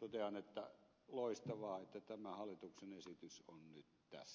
totean että loistavaa että tämä hallituksen esitys on nyt tässä